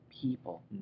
people